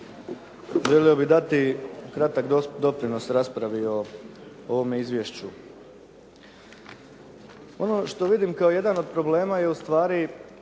Želio bih dati kratak doprinos raspravi o ovome izvješću. Ono što vidim kao jedan od problem je ustvari